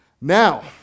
Now